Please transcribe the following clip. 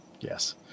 Yes